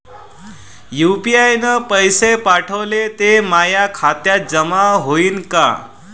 UPI न पैसे पाठवले, ते माया खात्यात जमा होईन का?